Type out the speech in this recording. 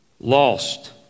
lost